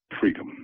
freedom